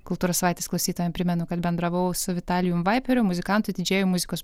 kultūros savaitės klausytojam primenu kad bendravau su vitalijum vaiperiu muzikantu didžėju muzikos